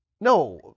No